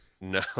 No